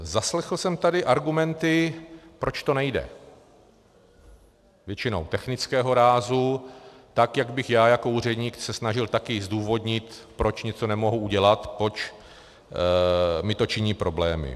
Zaslechl jsem tady argumenty, proč to nejde, většinou technického rázu, tak jak bych se to já jako úředník snažil také zdůvodnit, proč něco nemohu udělat, proč mi to činí problémy.